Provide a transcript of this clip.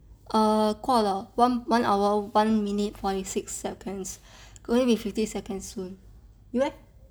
err 过了 one one hour one minute forty six seconds going be fifty second soon you eh